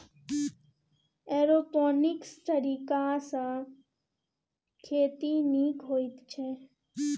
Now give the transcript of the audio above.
aeroponics तरीकासँ खेती नीक होइत छै